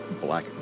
black